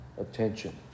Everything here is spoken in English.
attention